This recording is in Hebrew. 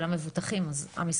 כולם מבוטחים,